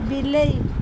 ବିଲେଇ